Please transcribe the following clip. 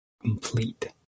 complete